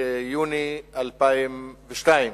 ביוני 2002,